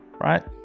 right